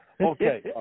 okay